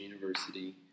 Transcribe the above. University